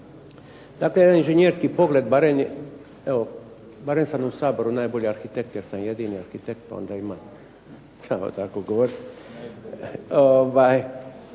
Dakle, jedan inženjerski pogled, barem evo sam u Saboru najbolji arhitekt jer sam jedini arhitekt, pa onda imam pravo tako govoriti.